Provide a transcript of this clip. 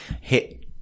hit